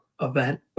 event